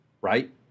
right